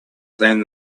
than